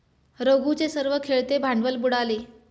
रघूचे सर्व खेळते भांडवल बुडाले